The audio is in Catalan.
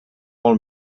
molt